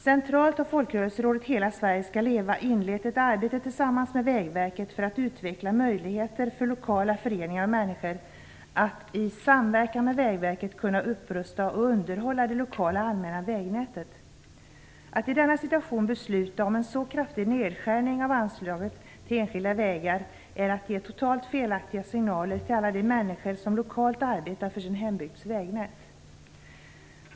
Centralt har Folkrörelserådet Hela Sverige ska leva inlett ett arbete tillsammans med Vägverket för att utveckla möjligheter för lokala föreningar och människor att i samverkan med Vägverket kunna upprusta och underhålla det lokala allmänna vägnätet. Att i denna situation besluta om en så kraftig nedskärning av anslaget till enskilda vägar är att ge totalt felaktiga signaler till alla de människor som lokalt arbetar för sin hembygds vägnät.